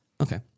Okay